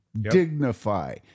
dignify